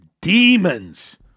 demons